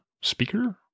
speaker